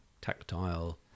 tactile